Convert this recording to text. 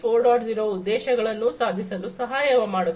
0 ಉದ್ದೇಶಗಳನ್ನು ಸಾಧಿಸಲು ಸಹಾಯ ಮಾಡುತ್ತದೆ